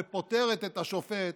ופוטרת את השופט,